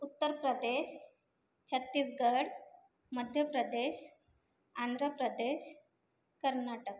Uttar Pradesh Chhattisgarh Madhya Pradesh Andhra Pradesh Karnataka